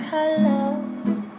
Colors